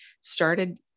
started